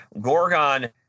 Gorgon